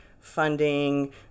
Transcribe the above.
funding